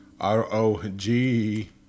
R-O-G